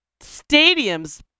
stadiums